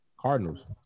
Cardinals